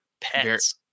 pets